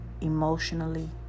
emotionally